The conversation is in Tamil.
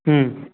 ம்